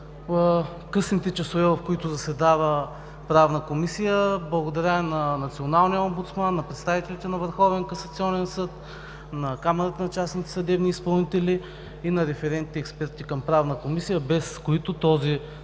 късните часове, в които заседава Правната комисия. Благодаря на националния омбудсман, на представителите на Върховния касационен съд, на Камарата на частните съдебни изпълнители и на референтите и експертите към Правната комисия, без които този